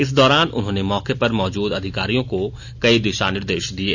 इस दौरान उन्होंने मौके पर मौजूद अधिकारियों को ं कई निर्देश दिये